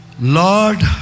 Lord